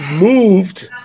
moved